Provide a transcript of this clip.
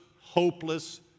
hopeless